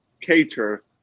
cater